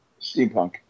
Steampunk